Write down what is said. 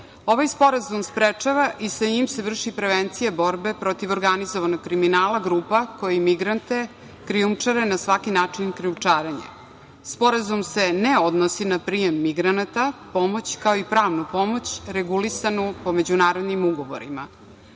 ovaj sporazum sprečava i sa njim se vrši prevencija borbe protiv organizovanog kriminala grupa koji migrante krijumčare na svaki način krijumčarenjem. Sporazum se ne odnosi na prijem migranata, pomoć, kao i pravnu pomoć regulisanu po međunarodnim ugovorima. Veoma